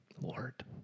Lord